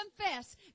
confess